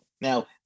Now